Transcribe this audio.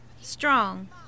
strong